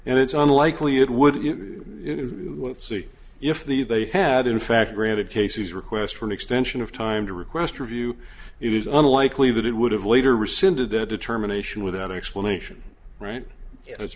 and it's unlikely it would see if the they had in fact granted cases request for an extension of time to request review it is unlikely that it would have later rescinded that determination without explanation right it